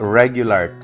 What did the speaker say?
regular